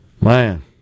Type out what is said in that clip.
Man